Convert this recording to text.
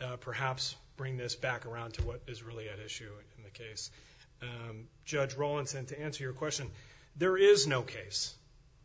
and perhaps bring this back around to what is really at issue in the case judge roll and sent to answer your question there is no case